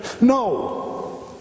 No